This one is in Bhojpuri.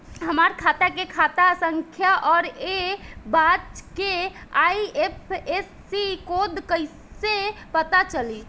हमार खाता के खाता संख्या आउर ए ब्रांच के आई.एफ.एस.सी कोड कैसे पता चली?